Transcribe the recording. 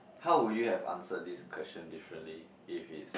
how would you have answered this question differently if it's